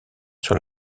sur